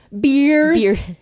Beers